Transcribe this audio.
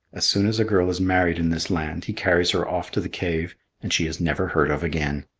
as soon as a girl is married in this land, he carries her off to the cave and she is never heard of again.